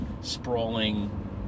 sprawling